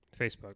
Facebook